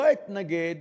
לא אתנגד